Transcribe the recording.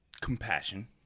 compassion